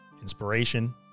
inspiration